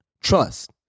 Trust